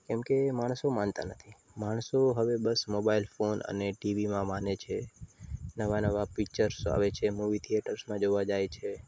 કેમ કે માણસો માનતા નથી માણસો હવે બસ મોબાઈલ ફોન અને ટીવીમાં માને છે નવાં નવાં પીક્ચર્સ આવે છે મૂવી થિયેટર્સમાં જોવા જાય છે